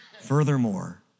Furthermore